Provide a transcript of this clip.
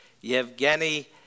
Yevgeny